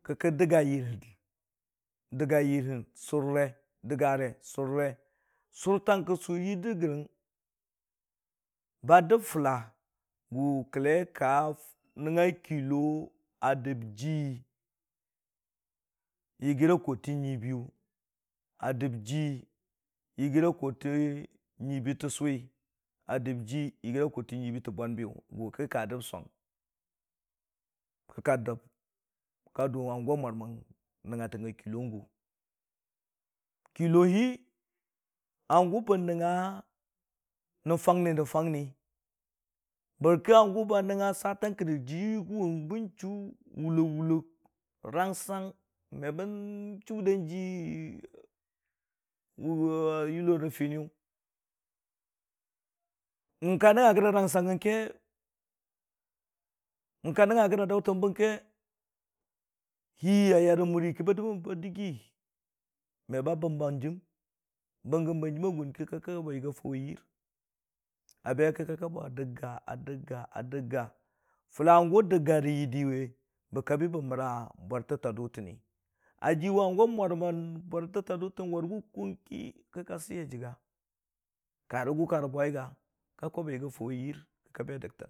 Dəgga yiir hən sʊrre, sʊrtang kə sʊr yiirhən gərəng ba dəb fʊla, gʊ kəlle ka nəngnga kɨllo a dəb jiyi yiyira kootə nyiibiiyʊ, a jii yɨgira kootə nyiibiiyʊ, a jii yirgira kootə nyiibii təsʊ, a dəb jii yɨgiira kootə nyiibii a tə bwan bigʊ gʊ ki ka dəb song kə ka dʊ hangʊ a mur mən nəngnatang a kɨllon gʊ, kɨllohi hangʊ bə nəngnga nən fani nən fani, bən kə hangʊ ba nəngnga swerang kə rə jigʊwʊng bən chuu wʊlok wʊlok, rangsang rangsang me bən chuu danji a yʊllo rə finiyʊ, nyəng ka nəngnaa gərə ransang gən ke, nyəng ka nəngnga gəra daʊtən bə gərəng ke hir a yar a muri ki ba dəmən ba dəggi me ba bəm ba hanjim, banjim a gʊn ki ka kaʊwi bwi a yɨgir a faʊwe yiir, a be ki ka kabi a dəgga a dagga, fʊla hangʊ dəgga rə yiiri we bə kabi bə məra bwartə ta dʊtənni a jiwe hangʊ a mʊrmən bwartə ta dʊ tən ni, warigʊ kʊng ki kə ka jəgagʊ ka rə bwai ga, merə gʊ ka rə bwai ga? kə ka kwabwi a muri.